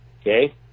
okay